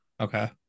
Okay